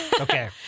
Okay